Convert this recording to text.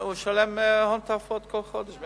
הוא משלם הון תועפות כל חודש.